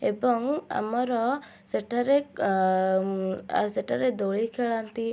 ଏବଂ ଆମର ସେଠାରେ ସେଠାରେ ଦୋଳି ଖେଳାନ୍ତି